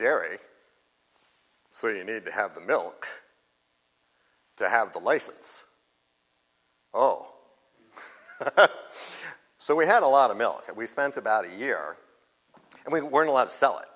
so you need to have the milk to have the license oh so we had a lot of milk and we spent about a year and we weren't allowed to sell it